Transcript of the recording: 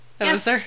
Yes